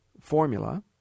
formula